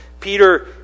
Peter